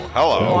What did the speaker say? hello